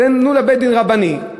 תנו לבית-דין רבני,